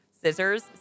Scissors